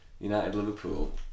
United-Liverpool